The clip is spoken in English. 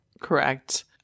Correct